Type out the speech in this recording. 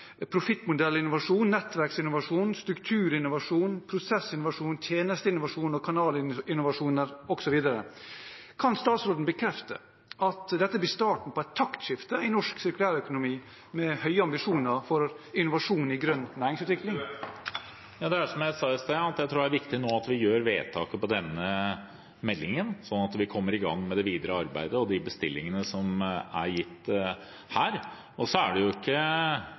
nettverksinnovasjon, strukturinnovasjon, prosessinnovasjon, tjenesteinnovasjon og kanalinnovasjoner osv. Kan statsråden bekrefte at dette blir starten på et taktskifte i norsk sirkulær økonomi, med høye ambisjoner for innovasjon innenfor grønt næringsliv? Som jeg sa i stad, tror jeg det er viktig nå å gjøre vedtak på denne meldingen, slik at vi kommer i gang med det videre arbeidet og de bestillingene som er gitt her. Så er det jo